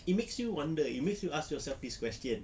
it makes you wonder it makes you ask yourself this question